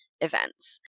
events